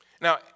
Now